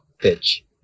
Pitch